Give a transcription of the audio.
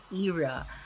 era